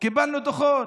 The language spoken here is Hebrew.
קיבלנו דוחות.